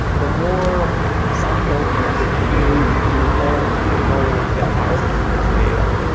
the more some tokens you need to own in order to have access to this data